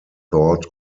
thought